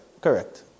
Correct